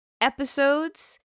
episodes